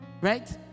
right